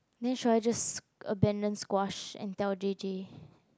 then should I just abandon squash and tell J_J